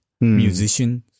musicians